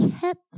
kept